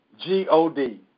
G-O-D